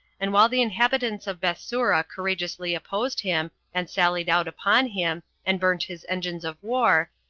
and while the inhabitants of bethsura courageously opposed him, and sallied out upon him, and burnt his engines of war,